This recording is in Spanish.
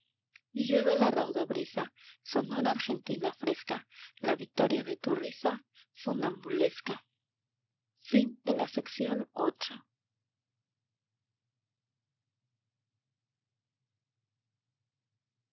y lleve la rauda brisa sonora argentina fresca la victoria de tu risa funambulesca